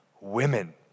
women